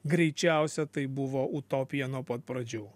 greičiausia tai buvo utopija nuo pat pradžių